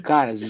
Cara